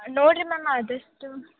ನೋಡಿರಿ ಮ್ಯಾಮ್ ಆದಷ್ಟು